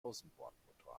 außenbordmotor